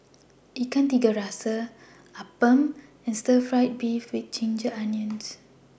Ikan Tiga Rasa Appam and Stir Fry Beef with Ginger Onions